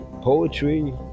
poetry